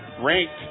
ranked